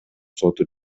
соту